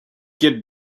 get